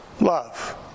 Love